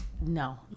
No